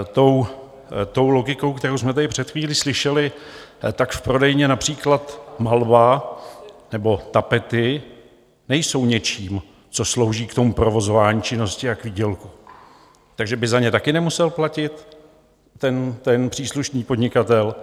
Tou logikou, kterou jsme tady před chvílí slyšeli, tak v prodejně například Malva nebo Tapety nejsou něčím, co slouží k tomu provozování činnosti a k výdělku, takže by za ně také nemusel platit ten příslušný podnikatel?